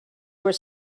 were